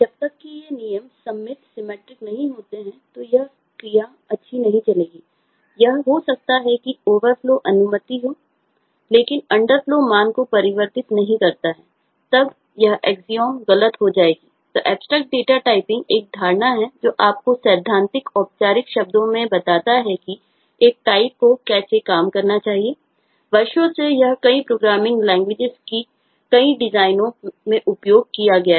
जब तक कि ये नियम सममित सीमंमेट्रिक के कई डिजाइनों में उपयोग किया गया है